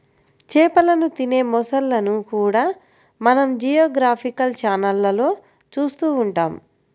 చేపలను తినే మొసళ్ళను కూడా మనం జియోగ్రాఫికల్ ఛానళ్లలో చూస్తూ ఉంటాం